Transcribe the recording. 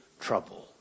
trouble